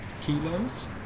kilos